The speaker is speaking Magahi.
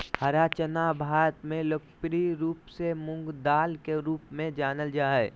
हरा चना भारत में लोकप्रिय रूप से मूंगदाल के रूप में जानल जा हइ